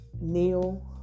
Neil